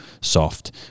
soft